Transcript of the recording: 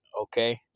Okay